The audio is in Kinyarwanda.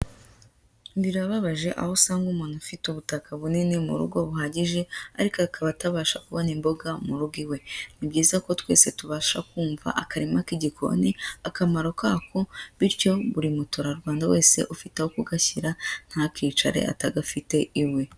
Birababaje aho usanga umuntu afite ubutaka bunini mu rugo buhagije, ariko akaba atabasha kubona imboga mu rugo iwe. Ni byiza ko twese tubasha kumva akarima k'igikoni, akamaro kako, bityo buri mutura Rwanda wese ufite aho kugashyira ntakicare atagafite iwe.